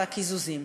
והקיזוזים.